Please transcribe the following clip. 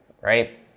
right